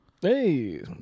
Hey